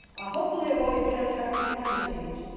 hopefully avoid catastrophic climate change.